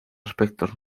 aspectos